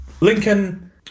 Lincoln